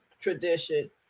tradition